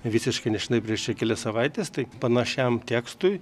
visiškai nešenai prieš čia kelias savaites tai panašiam tekstui